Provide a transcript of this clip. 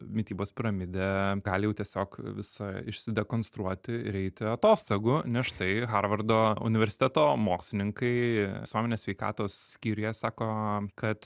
mitybos piramidė gali jau tiesiog visa išsidekonstruoti ir eiti atostogų nes štai harvardo universiteto mokslininkai visuomenės sveikatos skyriuje sako kad